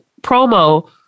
promo